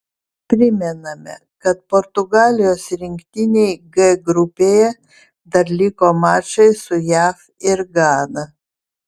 primename kad portugalijos rinktinei g grupėje dar liko mačai su jav ir gana